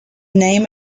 name